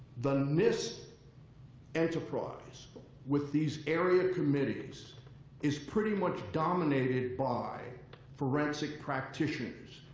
the nist enterprise with these area committees is pretty much dominated by forensic practitioners.